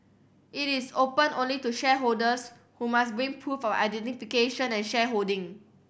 it is open only to shareholders who must bring proof of identification and shareholding